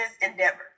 endeavors